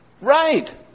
Right